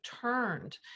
turned